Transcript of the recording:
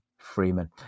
freeman